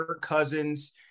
Cousins